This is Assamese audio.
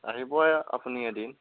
আহিব আপুনি এদিন